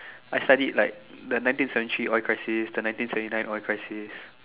I studied like the nineteen century oil crisis the nineteen seventy nine oil crisis